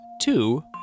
two